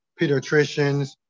pediatricians